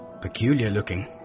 Peculiar-looking